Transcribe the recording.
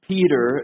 Peter